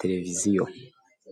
televiziyo.